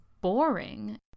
boring